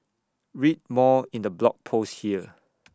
read more in the blog post here